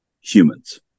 humans